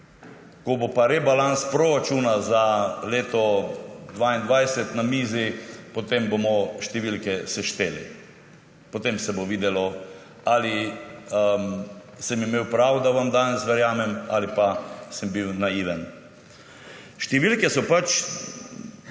ko bo pa rebalans proračuna za leto 2022 na mizi, potem bomo številke sešteli, potem se bo videlo, ali sem imel prav, da vam danes verjamem, ali sem bil naiven. Številke so pač